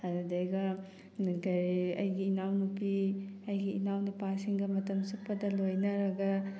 ꯑꯗꯨꯗꯩꯒ ꯀꯔꯤ ꯑꯩꯒꯤ ꯏꯅꯥꯎꯅꯨꯄꯤ ꯑꯩꯒꯤ ꯏꯅꯥꯎꯅꯨꯄꯥꯁꯤꯡꯒ ꯃꯇꯝ ꯆꯨꯞꯄꯗ ꯂꯣꯏꯅꯔꯒ